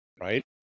right